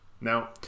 Now